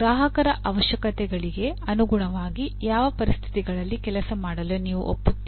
ಗ್ರಾಹಕರ ಅವಶ್ಯಕತೆಗಳಿಗೆ ಅನುಗುಣವಾಗಿ ಯಾವ ಪರಿಸ್ಥಿತಿಗಳಲ್ಲಿ ಕೆಲಸ ಮಾಡಲು ನೀವು ಒಪ್ಪುತ್ತೀರಿ